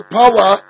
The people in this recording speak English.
power